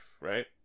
right